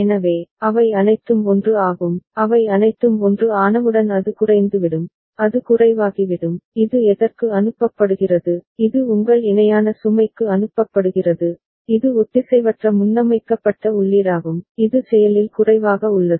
எனவே அவை அனைத்தும் 1 ஆகும் அவை அனைத்தும் 1 ஆனவுடன் அது குறைந்துவிடும் அது குறைவாகிவிடும் இது எதற்கு அனுப்பப்படுகிறது இது உங்கள் இணையான சுமைக்கு அனுப்பப்படுகிறது இது ஒத்திசைவற்ற முன்னமைக்கப்பட்ட உள்ளீடாகும் இது செயலில் குறைவாக உள்ளது